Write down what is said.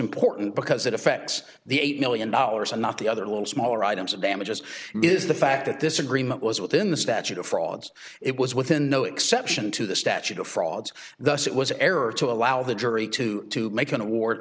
important because it affects the eight million dollars and not the other little smaller items of damages is the fact that this agreement was within the statute of frauds it was within no exception to the statute of frauds thus it was an error to allow the jury to to make an award